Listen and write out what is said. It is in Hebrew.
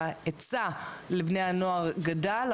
ההיצע לבני הנוער גדל,